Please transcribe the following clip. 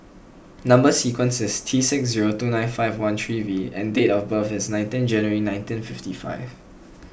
Number Sequence is T six zero two nine five one three V and date of birth is nineteenth January nineteen fifty five